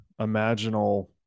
imaginal